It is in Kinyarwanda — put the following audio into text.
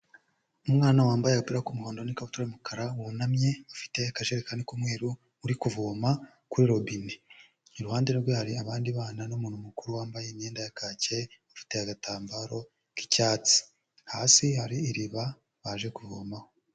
Umwana wambaye agapira k'umuhondo, n'ikabutura y'umukara, wunamye, afite akajerekari k'umweru, uri kuvoma kuri robine, iruhande rwe hari abandi bana, n'umuntu mukuru wambaye imyenda ya kacyi, afite agatambaro k'icyatsi, hasi hari iriba baje kuvomaho.